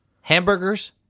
Hamburgers